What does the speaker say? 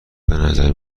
بنظر